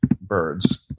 birds